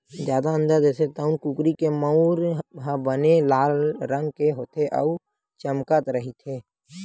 जादा अंडा देथे तउन कुकरी के मउर ह बने लाल रंग के होथे अउ चमकत रहिथे